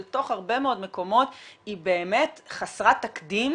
אל תוך הרבה מאוד מקומות היא באמת חסרת תקדים